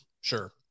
Sure